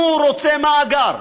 הוא רוצה מאגר,